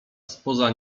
spoza